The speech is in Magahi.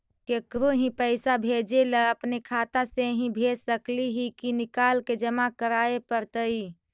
केकरो ही पैसा भेजे ल अपने खाता से ही भेज सकली हे की निकाल के जमा कराए पड़तइ?